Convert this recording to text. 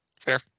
Fair